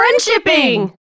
Friendshipping